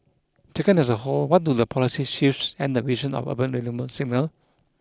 taken as a whole what do the policy shifts and the vision of urban renewal signal